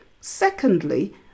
Secondly